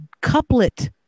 couplet